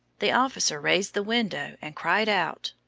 the officer raised the window and cried out,